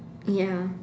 ya